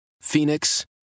Phoenix